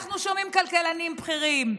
אנחנו שומעים כלכלנים בכירים,